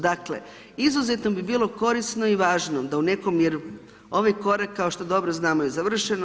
Dakle, izuzetno bi bilo korisno i važno da u nekom jer ovaj korak kao što dobro znamo je završeno.